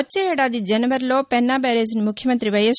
వచ్చే ఏడాది జనవరిలో పెన్నా బ్యారేజీని ముఖ్యమంత్రి వైఎస్